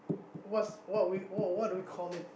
what's what we what what do we call it